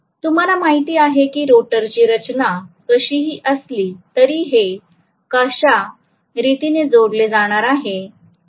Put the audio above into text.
तुम्हाला माहित आहे की रोटरची रचना कशीही असली तरी हे कशा रीतीने जोडले जाणार आहे